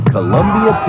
Columbia